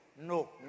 No